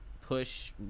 push